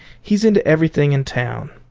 he's into everything in town.